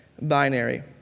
Binary